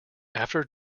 after